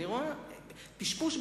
אני רואה פשפוש בארנק,